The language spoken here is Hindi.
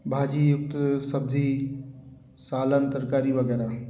भाजी उत सब्ज़ी सालन तरकारी वग़ैरह